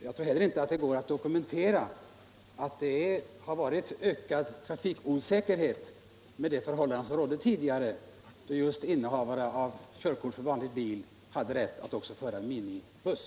Jag tror inte heller det går att dokumentera att trafikriskerna har minskat jämfört med de förhållanden som rådde tidigare, då innehavare av körkort för vanlig bil hade rätt att också föra minibuss.